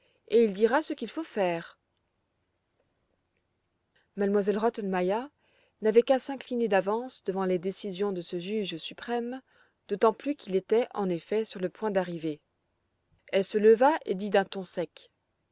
et il dira ce qu'il faut faire m elle rottenmeier n'avait qu'à s'incliner d'avance devant les décisions de ce juge suprême d'autant plus qu'il était en effet sur le point d'arriver elle se leva et dit d'un ton sec